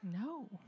No